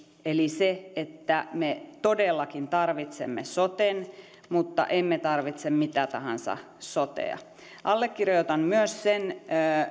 eli sen että me todellakin tarvitsemme soten mutta emme tarvitse mitä tahansa sotea allekirjoitan myös sen